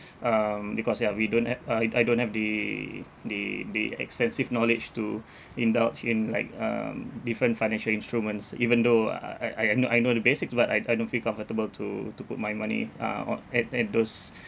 um because ya we don't ha~ uh I don't have the the the extensive knowledge to indulge in like um different financial instruments even though uh I I I know I know the basics but I I don't feel comfortable to to put my money uh o~ at at those